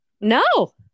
No